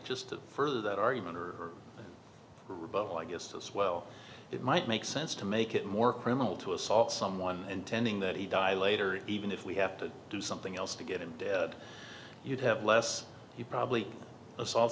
to further that argument rebuttal i just as well it might make sense to make it more criminal to assault someone intending that he die later even if we have to do something else to get him dead you'd have less you probably assault